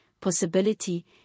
possibility